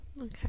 okay